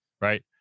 right